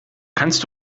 kannst